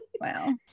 Wow